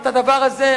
הדבר הזה,